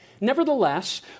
Nevertheless